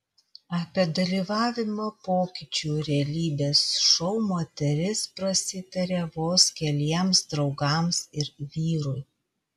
apie dalyvavimą pokyčių realybės šou moteris prasitarė vos keliems draugams ir vyrui